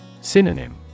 Synonym